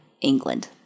England